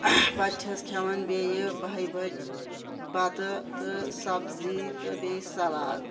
پَتہٕ چھٮ۪س کھٮ۪وان بیٚیہِ باہِہ بَجہِ بَتہٕ تہٕ سبزی تہٕ بیٚیہِ سَلاد